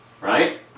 right